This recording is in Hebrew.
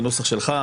בנוסח שלך,